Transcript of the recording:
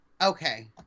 okay